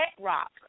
rock